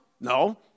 No